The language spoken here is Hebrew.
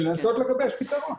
ולנסות לגבש פתרון.